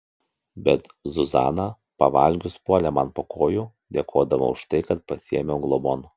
bet zuzana pavalgius puolė man po kojų dėkodama už tai kad pasiėmiau globon